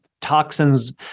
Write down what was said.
toxins